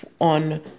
on